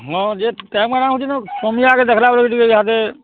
ହଁ ଯେ ଟାଇମ୍ କା'ଣା ହେଉଛେ ନା ସମିଆକେ ଦେଖ୍ଲା ବେଲେ ଟିକେ ଇହାଦେ